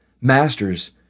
Masters